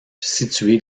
situé